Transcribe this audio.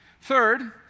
Third